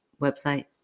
website